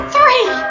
Three